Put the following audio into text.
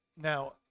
Now